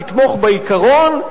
תתמוך בעיקרון,